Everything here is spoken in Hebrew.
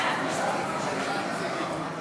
ההצעה להעביר את הצעת חוק התגמולים לנפגעי פעולות איבה (תיקון,